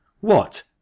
What